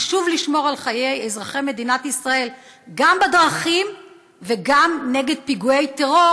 חשוב לשמור על חיי אזרחי מדינת ישראל גם בדרכים וגם נגד פיגועי טרור